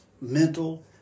mental